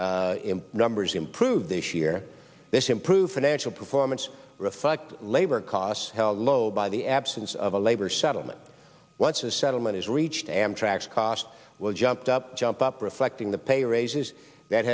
loss numbers improve this year this improve financial performance reflect labor costs held low by the absence of a labor settlement once a settlement is reached amtrak's costs will jumped up jump up reflecting the pay raises that